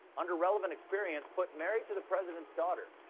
under. relevant experience put married to the president's daughter.